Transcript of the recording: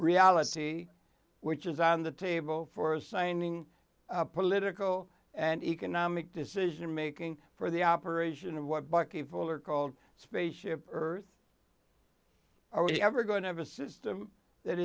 reality which is on the table for assigning political and economic decision making for the operation of what bucky fuller called spaceship earth are we ever going to have a system that